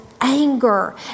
anger